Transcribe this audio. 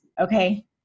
Okay